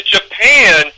Japan